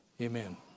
Amen